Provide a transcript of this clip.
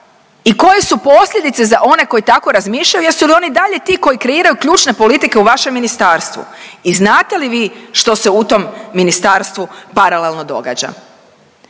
i koje su posljedice za one koji tako razmišljaju, jesu li oni i dalje ti koji ključne politike u vašem ministarstvu i znate li vi što se u tom ministarstvu paralelno događa.